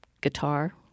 guitar